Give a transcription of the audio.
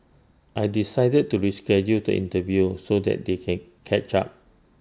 I decided to reschedule the interview so that they can catch up